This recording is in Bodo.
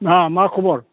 मा मा खबर